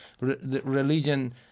religion